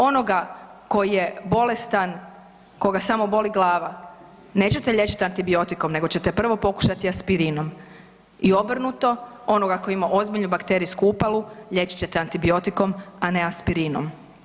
Onoga tko je bolestan koga samo boli glava, nećete liječiti antibiotikom nego ćete prvo pokušati aspirinom i obrnuto onoga tko ima ozbiljnu bakterijsku upalu liječit ćete antibiotikom a ne aspirinom.